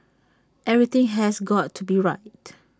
everything has go out to be right